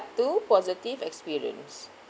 two positive experience